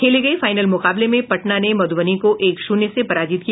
खेले गये फाइनल मुकाबले में पटना ने मधुबनी को एक शून्य से पराजित किया